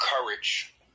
courage